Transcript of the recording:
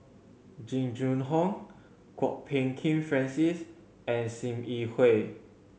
Jing Jun Hong Kwok Peng Kin Francis and Sim Yi Hui